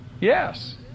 Yes